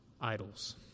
idols